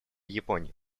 японии